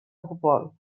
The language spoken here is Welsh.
pobl